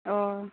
अ